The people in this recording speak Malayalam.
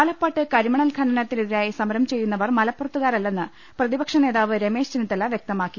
ആലപ്പാട് കരിമണൽ ഖനനത്തിനെതിരായി സമരം ചെയ്യുന്നവർ മലപ്പുറത്തുകാരല്ലെന്ന് പ്രതിപക്ഷനേതാവ് രമേശ് ചെന്നിത്തല വ്യക്തമാക്കി